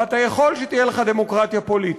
ואתה יכול שתהיה לך דמוקרטיה פוליטית,